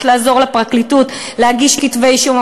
לעזור לפרקליטות להגיש כתבי-אישום,